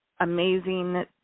amazing